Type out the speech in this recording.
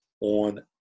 on